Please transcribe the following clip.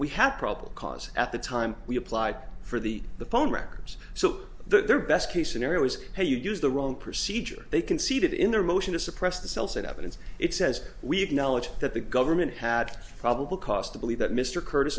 we have probable cause at the time we applied for the the phone records so the best case scenario was hey you used the wrong procedure they conceded in their motion to suppress the cells and evidence it says we have knowledge that the government had probable cause to believe that mr curtis